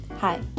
Hi